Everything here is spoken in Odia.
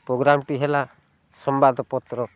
ପ୍ରୋଗ୍ରାମ୍ଟି ହେଲା ସମ୍ବାଦପତ୍ର